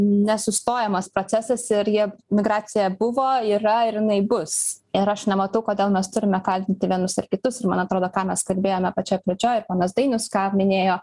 nesustojamas procesas ir jie migracija buvo yra ir jinai bus ir aš nematau kodėl mes turime kaltinti vienus ar kitus ir man atrodo ką mes kalbėjome pačioj pradžioj ir ponas dainius ką minėjo